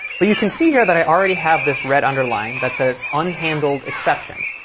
but you can see here that i already have this red underline that says unhandled exception.